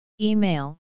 Email